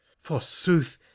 forsooth